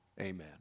Amen